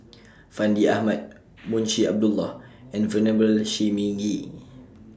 Fandi Ahmad Munshi Abdullah and Venerable Shi Ming Yi